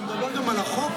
אתה מדבר גם על החוק?